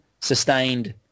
sustained